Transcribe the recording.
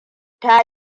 ta